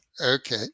Okay